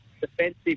defensive